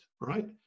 right